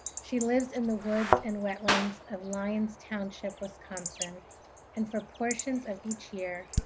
she lives in the woods and wetlands of lyons township, wisconsin and, for portions of each year,